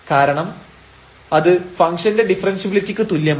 കാരണം അത് ഫംഗ്ഷൻറെ ഡിഫറെൻഷ്യബിലിറ്റിക്ക് തുല്യമാണ്